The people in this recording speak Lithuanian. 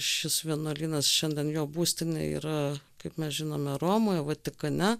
šis vienuolynas šiandien jo būstinė yra kaip mes žinome romoj vatikane